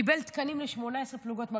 הוא קיבל תקנים ל-18 פלוגות מג"ב,